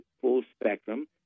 full-spectrum